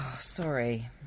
Sorry